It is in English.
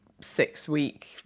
six-week